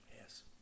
Yes